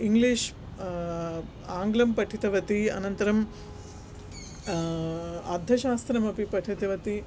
English आङ्ग्लं पठितवती अनन्तरं अर्थशास्त्रमपि पठितवती